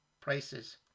prices